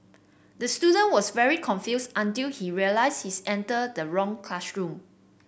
the student was very confused until he realise his entered the wrong classroom